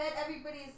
everybody's